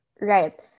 Right